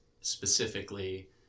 specifically